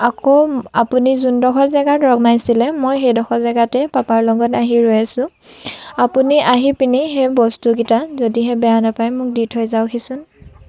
আকৌ আপুনি যোনডোখৰ জেগাত নমাইছিলে মই সেইডোখৰ জেগাতে পাপাৰ লগত আহি ৰৈ আছোঁ আপুনি আহি পিনি সেই বস্তুকেইটা যদিহে বেয়া নেপায় মোক দি থৈ যাওকহিচোন